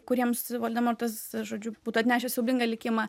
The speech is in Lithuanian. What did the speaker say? kuriems voldemortas žodžiu būtų atnešęs siaubingą likimą